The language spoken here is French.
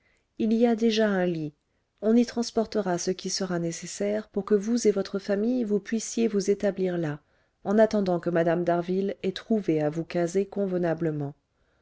il y a déjà un lit on y transportera ce qui sera nécessaire pour que vous et votre famille vous puissiez vous établir là en attendant que mme d'harville ait trouvé à vous caser convenablement